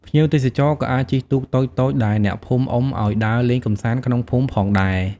ភ្ញៀវទេសចរណ៍ក៏អាចជិះទូកតូចៗដែលអ្នកភូមិអុំឲ្យដើរលេងកម្សាន្តក្នុងភូមិផងដែរ។